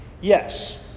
yes